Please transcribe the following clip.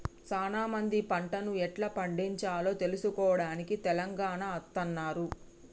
సానా మంది పంటను ఎట్లా పండిచాలో తెలుసుకోవడానికి తెలంగాణ అత్తన్నారు